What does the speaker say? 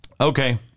Okay